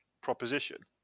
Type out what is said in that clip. proposition